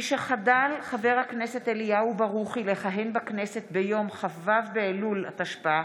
משחדל חבר הכנסת אליהו ברוכי לכהן בכנסת ביום כ"ו באלול התשפ"א,